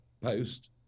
post